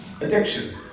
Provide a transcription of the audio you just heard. Addiction